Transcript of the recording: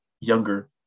younger